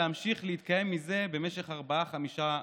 להמשיך להתקיים מזה במשך ארבעה-חמישה חודשים.